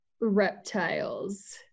reptiles